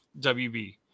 WB